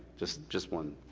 just just one